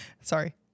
Sorry